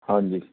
ਹਾਂਜੀ